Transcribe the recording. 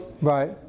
Right